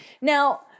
Now